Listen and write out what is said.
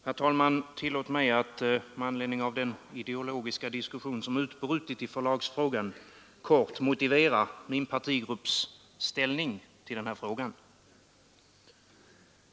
Herr talman! Tillåt mig att med anledning av den ideologiska diskussion som utbrutit i förlagsfrågan kort motivera min partigrupps ställning till frågan.